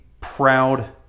proud